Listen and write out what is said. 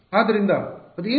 ಆದ್ದರಿಂದ ಅದು ಏನು ಹೇಳುತ್ತಿದೆ